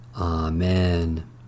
Amen